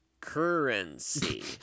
Currency